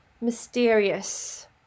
mysterious